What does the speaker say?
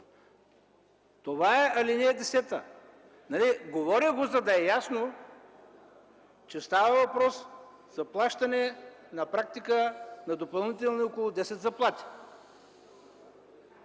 Това е ал. 10. Говоря го, за да е ясно, че става въпрос за плащане на практика на допълнителни около десет заплати.